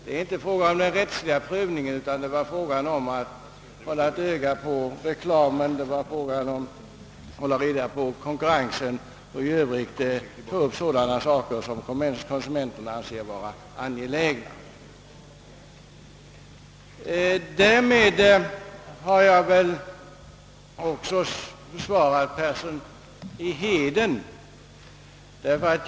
Det är inte fråga om den rättsliga prövningen, utan det är fråga om att hålla ett öga på reklamen, att hålla reda på konkurrensen och i övrigt ta upp sådana saker som konsumenterna anser vara angelägna. Därmed har jag väl också svarat herr Persson i Heden.